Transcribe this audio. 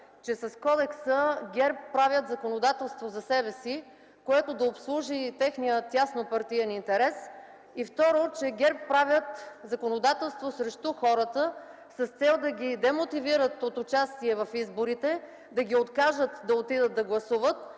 че с кодекса ГЕРБ правят законодателство за себе си, което да обслужи техния теснопартиен интерес и, второ, че ГЕРБ правят законодателство срещу хората с цел да ги демотивират от участие в изборите, да ги откажат да отидат да гласуват,